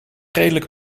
redelijk